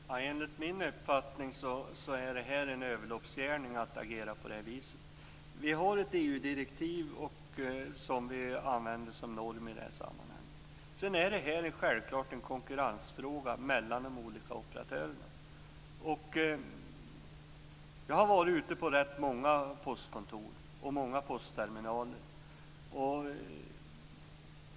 Fru talman! Enligt min uppfattning är det en överloppsgärning att agera på detta sätt. Vi har ju ett EU-direktiv som vi använder som norm i detta sammanhang. Sedan är detta självklart en fråga om konkurrens mellan de olika operatörerna. Jag har varit ute på ganska många postkontor och postterminaler.